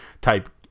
type